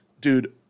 Dude